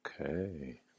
Okay